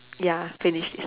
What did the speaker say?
ya finish